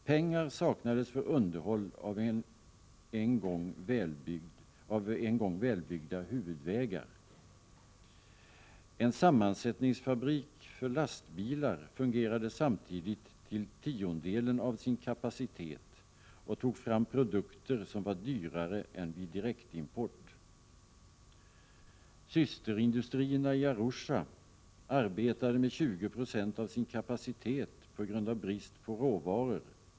Pengar saknades för underhåll av en gång välbyggda huvudvägar. En sammansättningsfabrik för lastbilar fungerade samtidigt till tiondedelen av sin kapacitet och tog fram produkter som var dyrare än vid direktimport. Systerindustrierna i Arusha arbetade med 20 96 av sin kapacitet på grund av brist på råvaror.